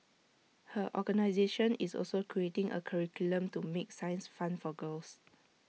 her organisation is also creating A curriculum to make science fun for girls